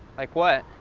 like what?